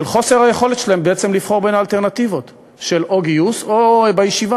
של חוסר היכולת שלהם בעצם לבחור בין האלטרנטיבות של או גיוס או ישיבה,